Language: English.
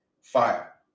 fire